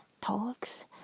talks